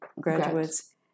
graduates